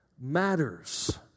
matters